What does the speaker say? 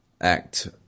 Act